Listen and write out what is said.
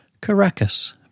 Caracas